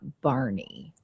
Barney